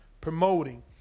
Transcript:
promoting